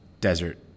desert